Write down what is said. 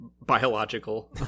biological